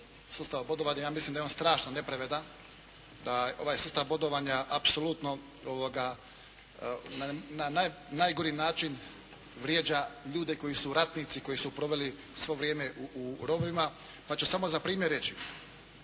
sustavu bodovanja. Ja mislim da je on strašno nepravedan, da ovaj sustav bodovanja apsolutno na najgori način vrijeđa ljude koji su ratnici, koji su proveli svo vrijeme u rovovima, pa ću samo za primjer reći.